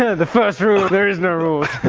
the first rule there is no rules!